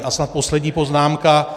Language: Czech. A snad poslední poznámka.